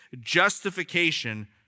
justification